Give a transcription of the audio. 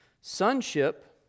sonship